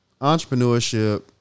Entrepreneurship